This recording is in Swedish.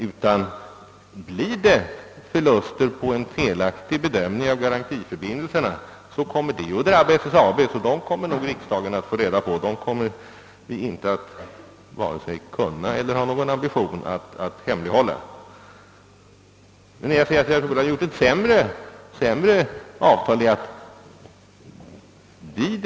Uppstår det förluster på grund av en felaktig bedömning av garantiförbindelserna kommer detta att drabba Skifferoljeaktiebolaget, varför riksdagen kommer att få kännedom om dem. Sådana förluster varken kan eller vill vi hemlighålla. Men jag tror att vi hade fått ett sämre avtal, om vi förfarit annorlunda.